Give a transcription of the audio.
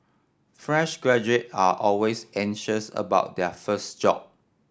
fresh graduate are always anxious about their first job